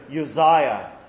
Uzziah